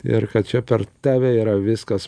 ir čia per tave yra viskas